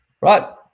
right